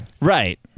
Right